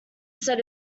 set